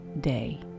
day